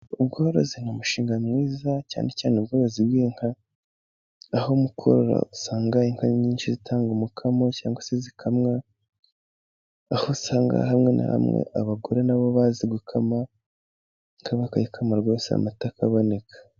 Ubworozi ni umushinga mwiza cyane, cyane ubworozi bw'inka, aho mukorora usanga inka nyinshi zitanga umukamo, cyangwa se zikamwa, aho usanga hamwe na hamwe abagore na bo bazi gukama, inka bakayikama rwose amata akaboneka.